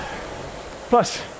plus